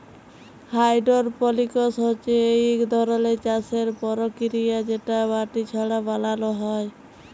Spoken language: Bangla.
হাইডরপলিকস হছে ইক ধরলের চাষের পরকিরিয়া যেট মাটি ছাড়া বালালো হ্যয়